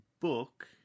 book